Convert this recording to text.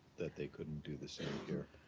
that they couldn't do the same here?